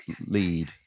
lead